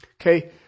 Okay